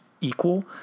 equal